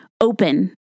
open